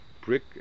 brick